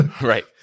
Right